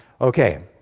Okay